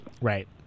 Right